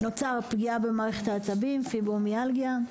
נוצרה פגיעה במערכת העצבים פיברומיאלגיה,